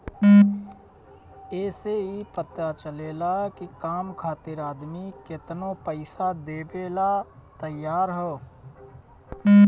ए से ई पता चलेला की काम खातिर आदमी केतनो पइसा देवेला तइयार हअ